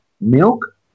milk